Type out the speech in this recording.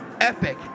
epic